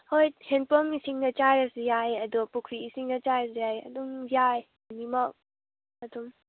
ꯍꯣꯏ ꯍꯦꯟꯗꯄꯝ ꯏꯁꯤꯡꯅ ꯆꯥꯏꯔꯁꯨ ꯌꯥꯏ ꯑꯗꯣ ꯄꯨꯈ꯭ꯔꯤ ꯏꯁꯤꯡꯅ ꯆꯥꯏꯔꯁꯨ ꯌꯥꯏ ꯑꯗꯨꯝ ꯌꯥꯏ ꯑꯅꯤꯃꯛ ꯑꯗꯨꯝ